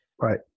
right